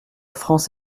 france